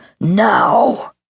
now